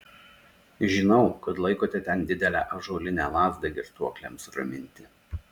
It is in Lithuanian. žinau kad laikote ten didelę ąžuolinę lazdą girtuokliams raminti